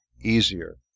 easier